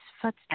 footsteps